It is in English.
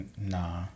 nah